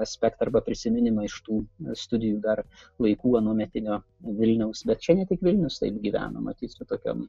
aspektą arba prisiminimą iš tų studijų dar laikų anuometinio vilniaus bet čia ne tik vilnius taip gyveno matyt su tokiom